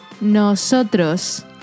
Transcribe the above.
nosotros